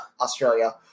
Australia